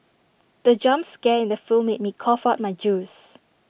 the jump scare in the film made me cough out my juice